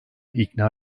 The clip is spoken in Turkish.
ikna